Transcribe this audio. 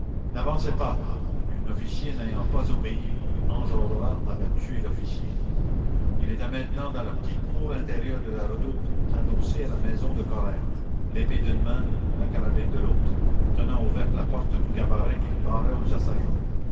n'avancez pas et un officier n'ayant pas obéi enjolras avait tué l'officier il était maintenant dans la petite cour intérieure de la redoute adossé à la maison de corinthe l'épée d'une main la carabine de l'autre tenant ouverte la porte du cabaret qu'il barrait aux assaillants